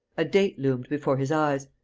a date loomed before his eyes,